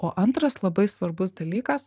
o antras labai svarbus dalykas